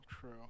true